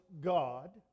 God